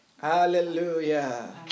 Hallelujah